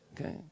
okay